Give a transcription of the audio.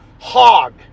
hog